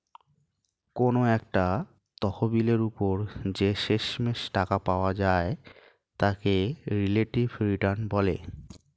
কোনো একটা তহবিলের উপর যে শেষমেষ টাকা পাওয়া যায় তাকে রিলেটিভ রিটার্ন বলে